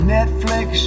Netflix